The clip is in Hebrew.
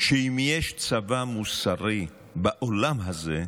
שאם יש צבא מוסרי בעולם הזה,